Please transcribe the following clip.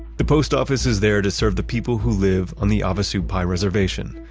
the post office is there to serve the people who live on the havasupai reservation.